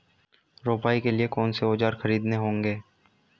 रोपाई के लिए कौन से औज़ार खरीदने होंगे?